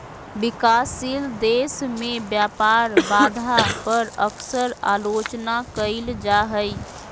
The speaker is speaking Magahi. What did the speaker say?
विकासशील देश में व्यापार बाधा पर अक्सर आलोचना कइल जा हइ